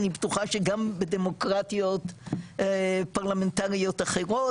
אני בטוחה שגם בדמוקרטיות פרלמנטריות אחרות,